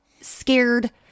scared